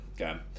Okay